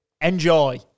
Enjoy